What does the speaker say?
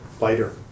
lighter